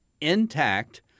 intact